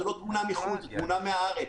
זאת לא תמונה מחו"ל, זאת תמונה מהארץ.